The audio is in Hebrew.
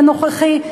לנוכחי,